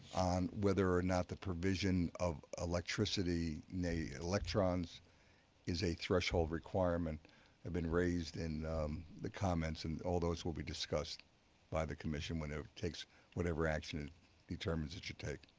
whether or not the provision of electricity made electron so is a threshold requirement have been raised in the comments and all those will be discussed by the commission when it takes whatever action it determines it should take.